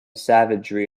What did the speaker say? savagery